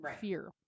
fear